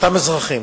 אותם אזרחים